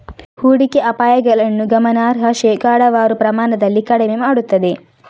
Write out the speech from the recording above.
ಹೂಡಿಕೆ ಅಪಾಯಗಳನ್ನು ಗಮನಾರ್ಹ ಶೇಕಡಾವಾರು ಪ್ರಮಾಣದಲ್ಲಿ ಕಡಿಮೆ ಮಾಡುತ್ತದೆ